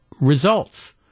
results